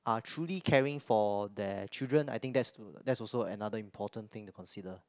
are truly caring for their children I think that's that's also another important thing to consider